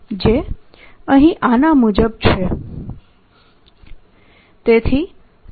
જે અહીં આના મુજબ છે